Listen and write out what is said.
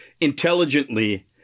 Intelligently